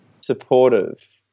supportive